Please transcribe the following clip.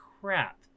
crap